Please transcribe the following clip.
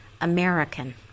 American